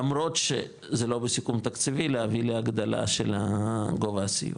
למרות שזה לא בסיכום תקציבי להביא להגדלה של גובה הסיוע?